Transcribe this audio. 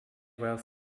wealth